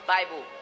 Bible